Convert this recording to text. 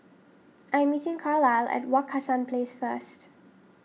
I am meeting Carlyle at Wak Hassan Place first